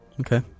Okay